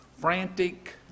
frantic